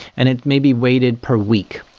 and it may be weighted per week.